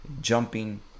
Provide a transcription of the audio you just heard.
jumping